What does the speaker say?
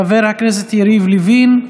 חבר הכנסת יריב לוין,